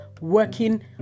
working